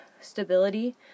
stability